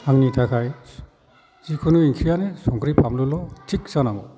आंनि थाखाय जिखुनु ओंख्रिआनो संख्रि फानलुल' थिग जानांगौ